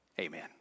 amen